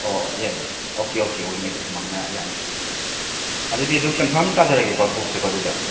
ꯑꯣ ꯌꯥꯏ ꯌꯥꯏ ꯑꯣꯀꯦ ꯑꯣꯀꯦ ꯑꯣꯏꯅꯤ ꯑꯗꯨ ꯑꯗꯨꯃꯥꯏꯅ ꯌꯥꯅꯤ ꯑꯗꯨꯗꯤ ꯑꯗꯨꯝ ꯀꯟꯐꯥꯔꯝ ꯇꯥꯖꯔꯒꯦꯀꯣ ꯕꯨꯛꯁꯦꯀꯣ ꯑꯗꯨꯗꯤ